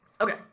Okay